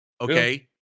okay